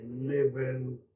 living